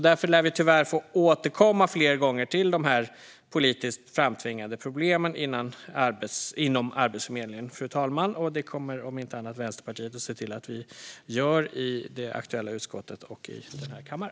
Därför lär vi tyvärr få återkomma fler gånger till dessa politiskt framtvingade problem inom Arbetsförmedlingen, fru talman. Det kommer om inte annat Vänsterpartiet att se till att vi gör i det aktuella utskottet och i denna kammare.